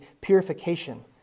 purification